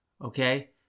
Okay